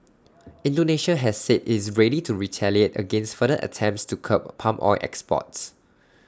Indonesia has said IT is ready to retaliate against further attempts to curb palm oil exports